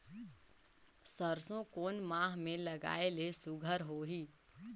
सरसो कोन माह मे लगाय ले सुघ्घर होही?